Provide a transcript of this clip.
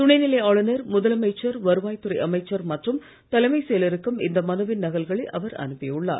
துணைநிலை ஆளுனர் முதலமைச்சர் வருவாய்துறை அமைச்சர் மற்றும் தலைமைச் செயலருக்கும் இந்த மனுவின் நகல்களை அவர் அனுப்பியுள்ளார்